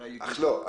לא.